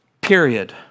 period